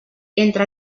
entre